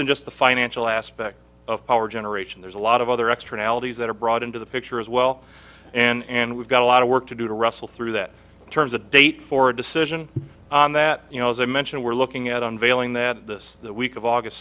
than just the financial aspect of power generation there's a lot of other extreme allergies that are brought into the picture as well and we've got a lot of work to do to wrestle through that in terms a date for a decision that you know as i mentioned we're looking at unveiling that this week of august